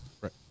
Right